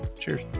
cheers